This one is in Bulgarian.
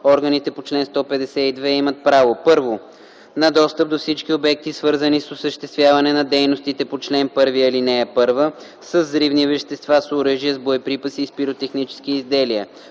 органите по чл. 152 имат право: 1. на достъп до всички обекти, свързани с осъществяване на дейностите по чл. 1, ал. 1 с взривни вещества, с оръжия, с боеприпаси и с пиротехнически изделия;